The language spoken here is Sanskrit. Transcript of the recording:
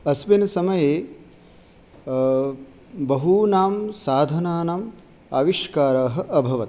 अस्मिन् समये बहूनां साधनानाम् आविष्कारः अभवत्